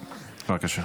בראש.